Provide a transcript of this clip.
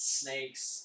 snakes